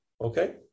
Okay